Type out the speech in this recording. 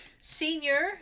senior